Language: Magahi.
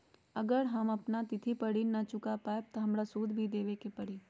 अगर हम अपना तिथि पर ऋण न चुका पायेबे त हमरा सूद भी देबे के परि?